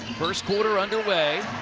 first quarter under way.